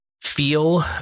feel